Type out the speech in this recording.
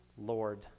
Lord